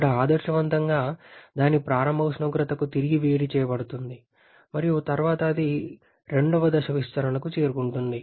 ఇక్కడ ఆదర్శవంతంగా దాని ప్రారంభ ఉష్ణోగ్రతకు తిరిగి వేడి చేయబడుతుంది మరియు తర్వాత అది రెండవ దశ విస్తరణకు చేరుకుంటుంది